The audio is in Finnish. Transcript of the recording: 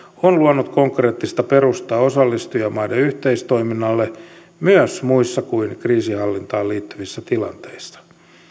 on luonut konkreettista perustaa osallistujamaiden yhteistoiminnalle myös muissa kuin kriisinhallintaan liittyvissä tilanteissa